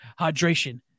hydration